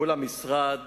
מול המשרד